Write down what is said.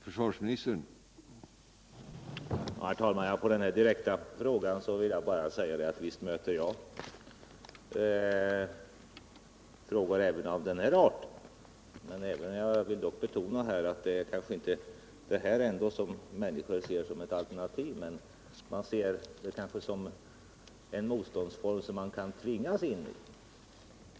Herr talman! På denna direkta fråga vill jag bara svara att visst möter jag frågor även av denna art. Jag vill dock betona att det kanske ändå inte är civilmotståndet som människor ser som ett alternativ — man ser det som en motståndsform som man kan tvingas in i.